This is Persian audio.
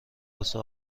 واسه